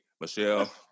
Michelle